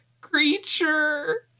creature